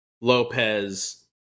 Lopez